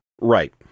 Right